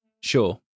Sure